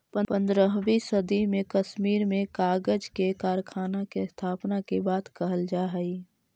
पँद्रहवीं सदी में कश्मीर में कागज के कारखाना के स्थापना के बात कहल जा हई